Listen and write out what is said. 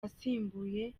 asimbuye